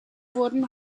wurden